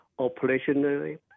operationally